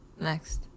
Next